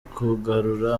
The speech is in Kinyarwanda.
kugarura